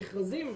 על מכרזים,